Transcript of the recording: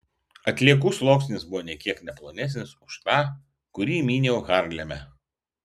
atliekų sluoksnis buvo nė kiek ne plonesnis už tą kurį myniau harleme